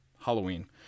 Halloween